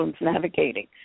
navigating